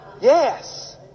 Yes